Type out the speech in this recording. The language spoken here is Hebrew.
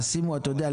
אתה יודע,